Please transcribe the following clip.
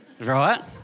right